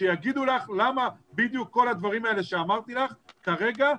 שיגידו לך למה בדיוק כל הדברים האלה שאמרתי לך כרגע,